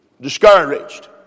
discouraged